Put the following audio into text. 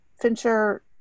fincher